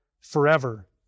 forever